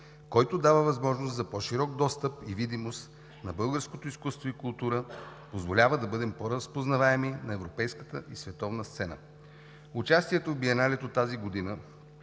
който дава възможност за по-широк достъп и видимост на българското изкуство и култура, позволява да бъдем по разпознаваеми на европейската и световната сцена. Участието в Биеналето тази година